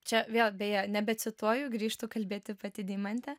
čia vėl beje nebecituoju grįžtų kalbėti pati deimantė